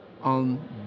on